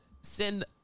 send